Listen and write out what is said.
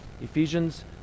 Ephesians